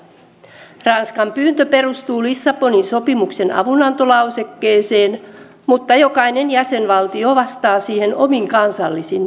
ranskan pyyntö perustuu lissabonin sopimuksen avunantolausekkeeseen mutta jokainen jäsenvaltio vastaa siihen omin kansallisin toimin